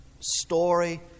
story